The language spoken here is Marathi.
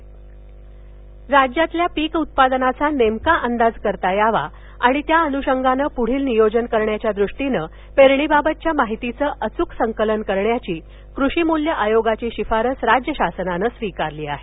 पेरणी नियोजनः राज्यातील पीक उत्पादनाचा अंदाज करता यावा आणि त्या अन्षंगानं प्ढील नियोजन करण्याच्या दृष्टीनं पेरणीबाबतच्या माहितीचं अचूक संकलन करण्याची कृषी मूल्य आयोगाची शिफारस राज्य शासनानं स्वीकारली आहे